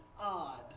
odd